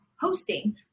hosting